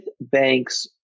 banks